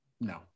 No